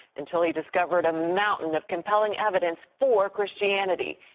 until he discovered a mountain of expelling evidence for christianity.